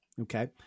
okay